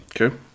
Okay